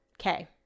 Okay